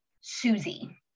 Susie